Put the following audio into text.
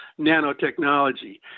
nanotechnology